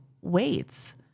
weights